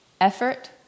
effort